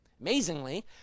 Amazingly